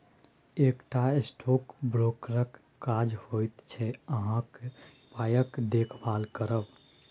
एकटा स्टॉक ब्रोकरक काज होइत छै अहाँक पायक देखभाल करब